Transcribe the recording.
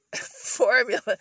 formula